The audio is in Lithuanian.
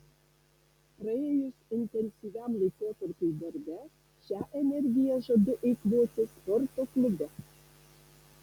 praėjus intensyviam laikotarpiui darbe šią energiją žadu eikvoti sporto klube